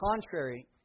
contrary